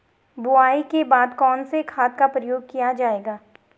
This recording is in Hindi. बुआई के बाद कौन से खाद का प्रयोग किया जायेगा?